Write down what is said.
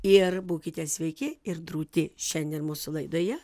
ir būkite sveiki ir drūti šiandien mūsų laidoje